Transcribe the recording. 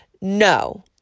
No